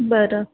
बरं